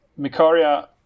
micaria